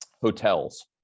hotels